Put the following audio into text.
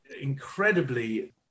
incredibly